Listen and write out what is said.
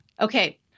Okay